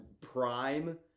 prime